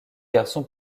garçon